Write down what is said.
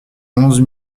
onze